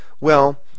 Well